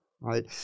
right